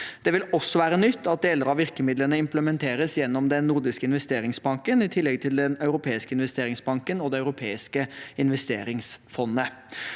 Det vil også være nytt at deler av virkemidlene implementeres gjennom Den nordiske investeringsbank i tillegg til Den europeiske investeringsbank og Det europeiske investeringsfondet.